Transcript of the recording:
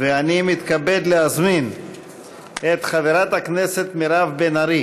אני מתכבד להזמין את חברת הכנסת מירב בן ארי